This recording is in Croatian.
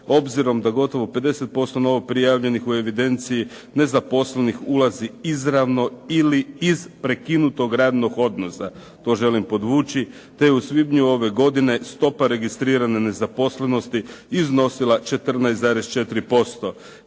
obzirom da gotovo 50% novoprijavljenih u evidenciji nezaposlenih ulazi izravno ili iz prekinutog radnog odnosa, to želim podvući, te u svibnju ove godine stopa registrirane nezaposlenosti iznosila je 14,4%